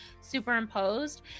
superimposed